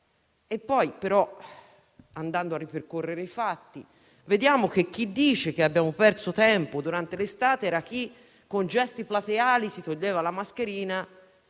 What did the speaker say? Poi però, andando a ripercorrere i fatti, vediamo che chi dice che abbiamo perso tempo durante l'estate è lo stesso che, con gesti plateali, si toglieva la mascherina